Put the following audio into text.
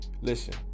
Listen